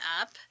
up